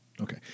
Okay